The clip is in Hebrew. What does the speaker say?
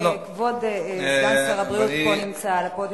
כבוד סגן שר הבריאות נמצא פה על הפודיום,